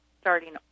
starting